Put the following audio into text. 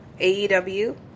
AEW